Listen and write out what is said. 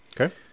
Okay